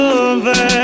over